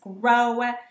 grow